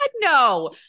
no